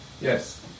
Yes